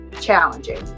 challenging